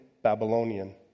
Babylonian